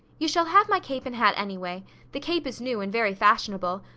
you shall have my cape and hat, anyway. the cape is new and very fashionable.